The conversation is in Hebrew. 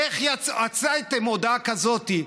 איך הוצאת הודעה כזאת?